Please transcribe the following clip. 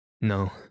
No